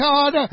God